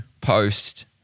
post